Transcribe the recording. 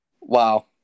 Wow